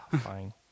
Fine